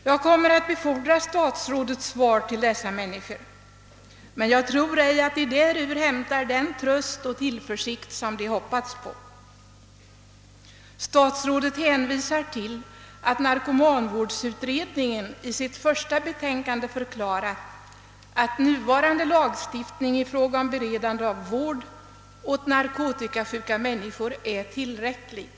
Jag kommer att befordra statsrådets svar till dessa människor, men jag tror inte att de därur hämtar den tröst och tillförsikt som de hade hoppats på. Statsrådet hänvisar till att narkomanvårdsutredningen i sitt första betänkande förklarat att nuvarande lagstiftning i fråga om beredande av vård åt narkotikasjuka människor är tillräcklig.